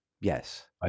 Yes